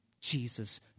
Jesus